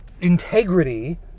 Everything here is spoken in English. integrity